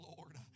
Lord